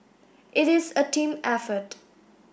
it is a team effort